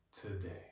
today